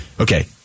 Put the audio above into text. Okay